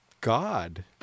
God